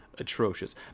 Atrocious